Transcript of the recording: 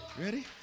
Ready